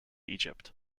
egypt